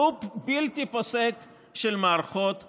לופ בלתי פוסק של מערכות בחירות,